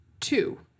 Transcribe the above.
two